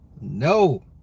No